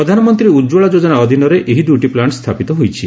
ପ୍ରଧାନମନ୍ତ୍ରୀ ଉତ୍କଳା ଯୋଜନା ଅଧୀନରେ ଏହି ଦୁଇଟି ପ୍ଲାର୍କ ସ୍ଥାପିତ ହୋଇଛି